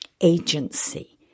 agency